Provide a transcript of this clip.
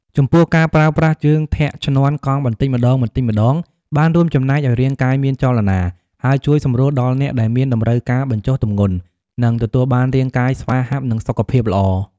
ចំពោះការប្រើប្រាស់ជើងធាក់ឈ្នាន់កង់បន្តិចម្តងៗ បានរួមចំណែកឱ្យរាងកាយមានចលនា ហើយជួយសម្រួលដល់អ្នកដែលមានតម្រូវការបញ្ចុះទម្ងន់ និងទទួលបានរាងកាយស្វាហាប់ និងសុខភាពល្អ។